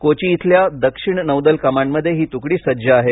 कोची इथल्या दक्षिण नौदल कमांडमध्ये ही तुकडी सज्ज आहे